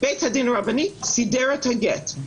בית הדין הרבני סידר את הגט.